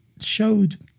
showed